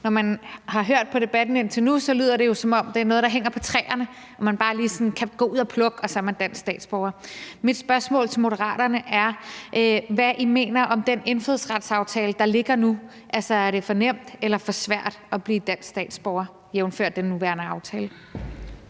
Når man har hørt debatten indtil nu, lyder det jo, som om det er noget, der hænger på træerne, og som man bare lige kan gå ud og plukke, og så er man dansk statsborger. Mit spørgsmål til Moderaterne er, hvad I mener om den indfødsretsaftale, der ligger nu. Altså, er det for nemt eller for svært at blive dansk statsborger jævnfør den nuværende aftale?